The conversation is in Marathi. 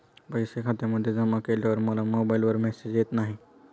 पैसे खात्यामध्ये जमा केल्यावर मला मोबाइलवर मेसेज येत नाही?